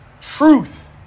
Truth